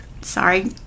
sorry